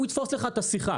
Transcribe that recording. הוא יתפוס לך את השיחה.